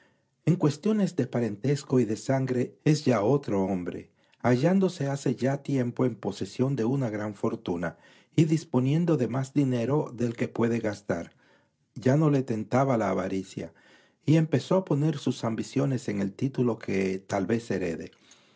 en cuestiones de parentesco y de sangre es ya otro hombrea hallándose hace ya tiempo en posesión de ana gran fortuna y disponiendo de más dinero del que puede gastar ya no le tentaba la avaricia y empezó a poner sus ambiciones en el título que tal vez herede